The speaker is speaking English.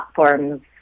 platforms